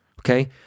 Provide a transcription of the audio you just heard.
okay